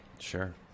sure